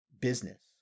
business